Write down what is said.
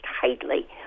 tightly